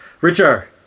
Richard